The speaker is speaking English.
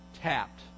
tapped